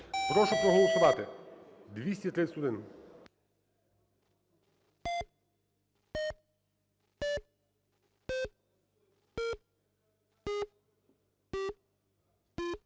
Прошу проголосувати. 231.